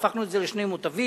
הפכנו את זה לשני מותבים.